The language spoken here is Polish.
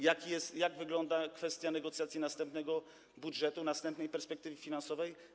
Jak wygląda kwestia negocjacji następnego budżetu, następnej perspektywy finansowej?